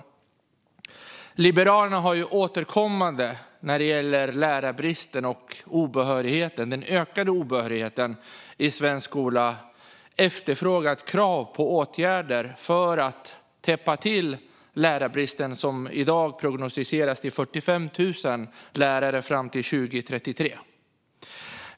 Liberalerna har när det gäller lärarbristen och det ökade antalet obehöriga lärare i svensk skola återkommande efterfrågat krav på åtgärder för att täppa till lärarbristen, som i dag prognostiseras till 45 000 lärare fram till 2033.